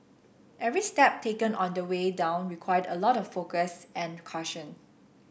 every step taken on the way down required a lot of focus and caution